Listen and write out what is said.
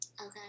okay